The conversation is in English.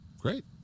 Great